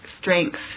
Strength